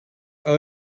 also